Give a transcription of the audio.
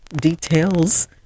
details